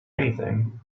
anything